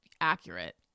accurate